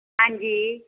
ਹਾਂਜੀ